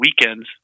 weekends